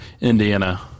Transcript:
indiana